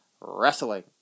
wrestling